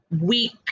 week